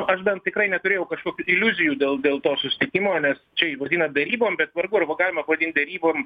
aš bent tikrai neturėjau kažkokių tai iliuzijų dėl dėl to susitikimo nes čia jį vadina derybom bet vargu ar buvo galima vadint derybom